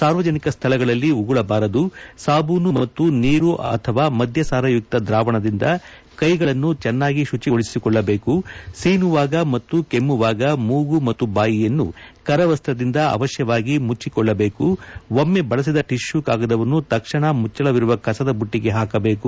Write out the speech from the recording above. ಸಾರ್ವಜನಿಕ ಸ್ಥಳಗಳಲ್ಲಿ ಉಗುಳಬಾರದು ಸಾಬೂನು ಮತ್ತು ನೀರು ಅಥವಾ ಮದ್ಯಸಾರಯುಕ್ತ ದ್ರಾವಣದಿಂದ ಕೈಗಳನ್ನು ಚೆನ್ನಾಗಿ ಶುಚಿಗೊಳಿಸಿಕೊಳ್ಳಬೇಕು ಸೀನುವಾಗ ಮತ್ತು ಕೆಮ್ಮವಾಗ ಮೂಗು ಮತ್ತು ಬಾಯಿಯನ್ನು ಕರವಸ್ತದಿಂದ ಅವಶ್ಯವಾಗಿ ಮುಚ್ಚಿಕೊಳ್ಳಬೇಕು ಒಮ್ಮೆ ಬಳಸಿದ ಟಿಷ್ಕೂ ಕಾಗದವನ್ನು ತಕ್ಷಣ ಮುಚ್ಚಳವಿರುವ ಕಸದ ಬುಟ್ಟಿಗೆ ಹಾಕಬೇಕು